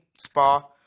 Spa